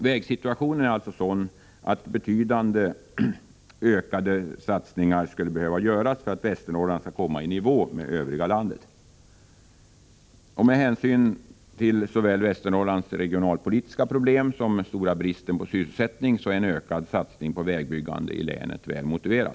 Vägsituationen är alltså sådan att betydligt ökade satsningar skulle behöva göras för att Västernorrland skall komma i nivå med övriga landet. Med hänsyn till såväl Västernorrlands regionalpolitiska problem som den stora bristen på sysselsättning är en ökad satsning på vägbyggande i länet väl motiverad.